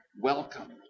welcome